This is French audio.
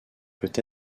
peut